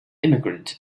immigrant